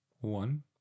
One